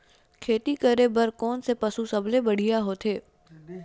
खेती करे बर कोन से पशु सबले बढ़िया होथे?